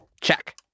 Check